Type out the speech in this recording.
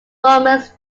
romance